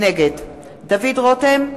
נגד דוד רותם,